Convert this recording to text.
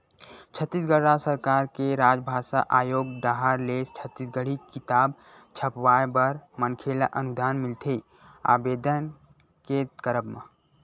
छत्तीसगढ़ राज सरकार के राजभासा आयोग डाहर ले छत्तीसगढ़ी किताब छपवाय बर मनखे ल अनुदान मिलथे आबेदन के करब म